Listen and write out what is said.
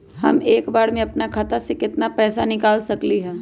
हम एक बार में अपना खाता से केतना पैसा निकाल सकली ह?